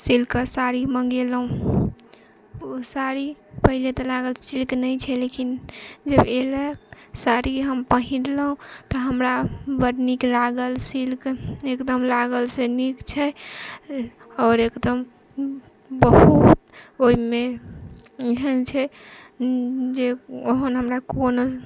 सिल्कके साड़ी मॅंगेलहुॅं ओ साड़ी पहले तऽ लागल सिल्क नहि छै लेकिन जब एहि साड़ी हम पहिरलहुॅं तऽ हमरा बड्ड नीक लागल सिल्क एकदम लागल से नीक छै आओर एकदम बहुत ओहिमे एहन छै जे ओहन हमरा कोनो